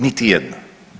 Niti jedna.